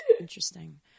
interesting